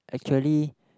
actually